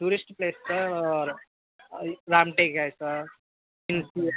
tourist place sir Ramtek आहे sir